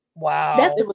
Wow